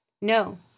No